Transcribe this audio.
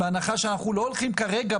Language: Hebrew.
בהנחה שאנחנו לא הולכים כרגע,